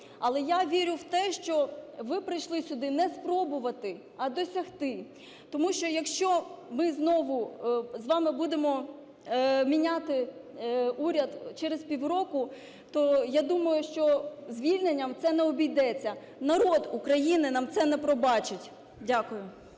Але я вірю в те, що ви прийшли сюди не спробувати, а досягти. Тому що, якщо ми знову з вами будемо міняти уряд через півроку, то я думаю, що звільненням це не обійдеться. Народ України нам це не пробачить. Дякую.